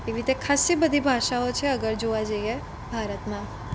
એવી રીતે ખાસી બધી ભાષાઓ છે અગર જોવા જઈએ ભારતમાં